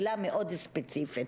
אני אסיים בזה ואסתפק בזה.